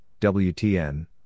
WTN